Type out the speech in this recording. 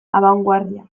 abangoardiak